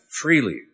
freely